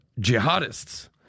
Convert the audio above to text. jihadists